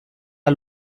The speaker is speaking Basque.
eta